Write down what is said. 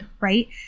Right